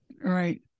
Right